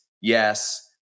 Yes